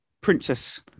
princess